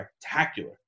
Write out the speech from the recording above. spectacular